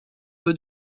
peu